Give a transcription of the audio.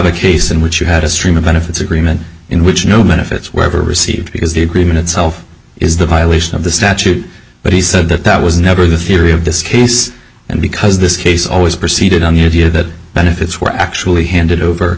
a case in which you had a stream of benefits agreement in which no benefits were ever received because the agreement itself is the violation of the statute but he said that that was never the theory of this case and because this case always proceeded on the idea that benefits were actually handed over